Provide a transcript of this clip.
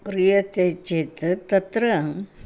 क्रियते चेत् तत्र